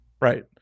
Right